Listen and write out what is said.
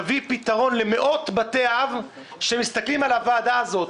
נביא פתרון למאות בתי אב שמסתכלים על הוועדה הזאת.